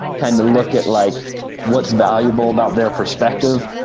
kind of look at like what's valuable about their perspective.